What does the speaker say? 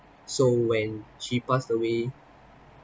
so when she passed away